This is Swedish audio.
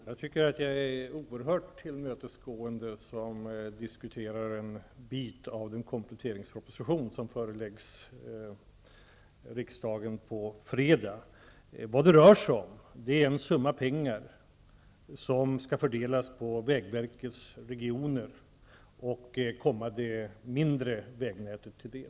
Herr talman! Jag tycker att jag är oerhört tillmötesgående när jag diskuterar en del av den kompletteringsproposition som föreläggs riksdagen på fredag. Det hela rör sig om en summa pengar som skall fördelas på vägverkets regioner och komma det mindre vägnätet till del.